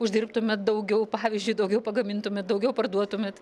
uždirbtumėt daugiau pavyzdžiui daugiau pagamintumėt daugiau parduotumėt